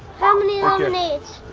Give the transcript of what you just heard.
how many lemonades?